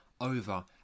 over